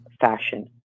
fashion